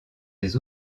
des